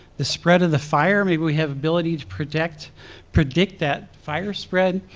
the spread of the fire, maybe we have ability to predict predict that fire spread.